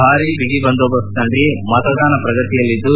ಭಾರೀ ಬಿಗಿ ಬಂದೋಬಸ್ತ್ನಲ್ಲಿ ಮತದಾನ ಪ್ರಗತಿಯಲ್ಲಿದ್ದು